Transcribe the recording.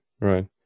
right